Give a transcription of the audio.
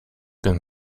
been